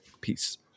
peace